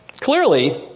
clearly